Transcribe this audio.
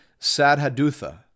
Sadhadutha